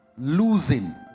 Losing